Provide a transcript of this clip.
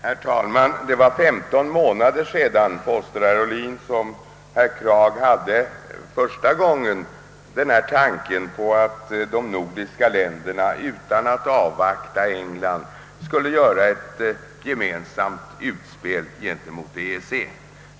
Herr talman! Det var 15 månader sedan, påstår herr Ohlin, herr Krag första gången framförde tanken att de nordiska länderna utan att avvakta Englands ställningstagande skulle göra ett gemensamt utspel gentemot EEC.